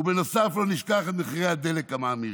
ובנוסף, לא נשכח את מחירי הדלק המאמירים.